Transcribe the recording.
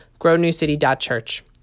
grownewcity.church